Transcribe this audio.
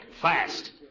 Fast